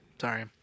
Sorry